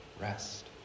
rest